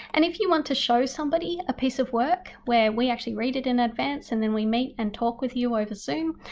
and if you want to show somebody a piece of work where we actually read it in advance and then we meet and talk with you over zoom,